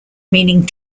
meaning